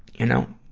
you know,